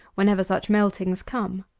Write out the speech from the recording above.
whenever such meltings come.